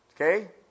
Okay